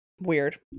weird